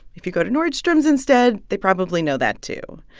if you go to nordstrom's instead, they probably know that too.